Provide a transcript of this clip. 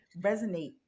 resonate